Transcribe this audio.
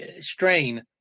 strain